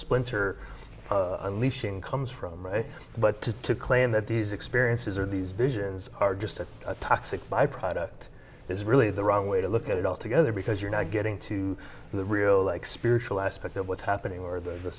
splinter a leashing comes from right but to claim that these experiences or these visions are just a toxic byproduct is really the wrong way to look at it all together because you're not getting to the real like spiritual aspect of what's happening or the